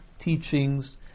teachings